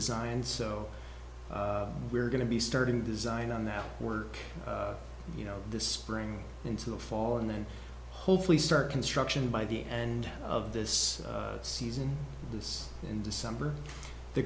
design so we're going to be starting to design on that work you know this spring into the fall and then hopefully start construction by the end of this season this in december the